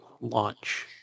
launch